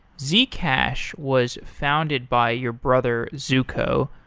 zcash was founded by your brother zooko,